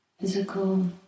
physical